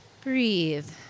Breathe